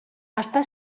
està